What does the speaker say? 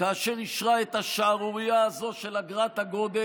כאשר היא אישרה את השערורייה הזאת של אגרת הגודש,